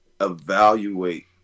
evaluate